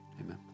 Amen